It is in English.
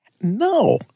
No